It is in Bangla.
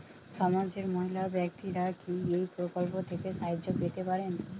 সমাজের মহিলা ব্যাক্তিরা কি এই প্রকল্প থেকে সাহায্য পেতে পারেন?